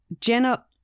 Jenna